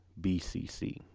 BCC